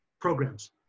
programs